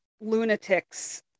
lunatic's